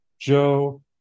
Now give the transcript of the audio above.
Joe